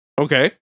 Okay